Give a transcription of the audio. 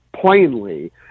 plainly